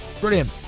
brilliant